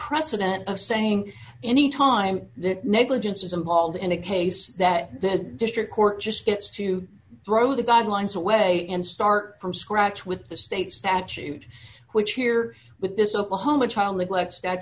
precedent of saying any time that negligence is involved in a case that the district court just gets to throw the guidelines away and start from scratch with the state statute which here with this oklahoma